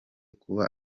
kuba